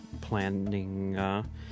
planning